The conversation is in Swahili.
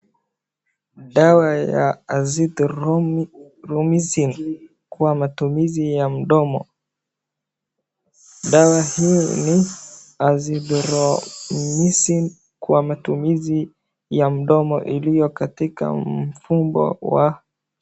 Dawa ya Azithromycin kwa matumizi ya mdomo, dawa hii ni [ cs]Azithromycin kwa matumizi ya mdomo iliyo katika mfumo wa .